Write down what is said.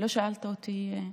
לא שאלת אותי,